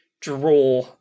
draw